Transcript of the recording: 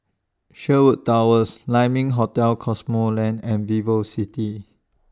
Sherwood Towers Lai Ming Hotel Cosmoland and Vivocity